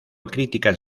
críticas